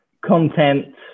content